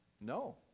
no